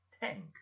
tank